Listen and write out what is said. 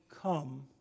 come